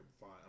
fine